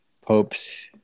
popes